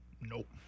nope